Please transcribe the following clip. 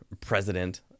president